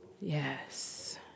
Yes